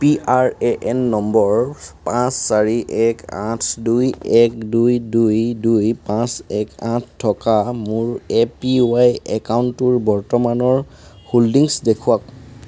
PRAN number পাঁচ চাৰি এক আঠ দুই এক দুই দুই দুই পাঁচ এক আঠ থকা মোৰ এপিৱাই একাউণ্টটোৰ বৰ্তমানৰ হোল্ডিংছ দেখুৱাওক